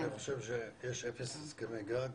אני חושב שיש אפס הסכמי גג,